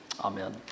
Amen